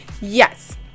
yes